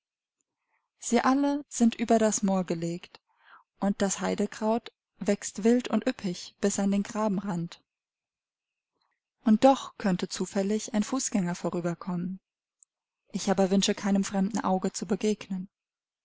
sie alle sind über das moor gelegt und das haidekraut wächst wild und üppig bis an den grabenrand und doch könnte zufällig ein fußgänger vorüberkommen ich aber wünsche keinem fremden auge zu begegnen